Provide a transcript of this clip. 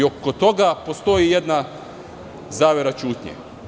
Oko toga postoji jedna zavera ćutnje.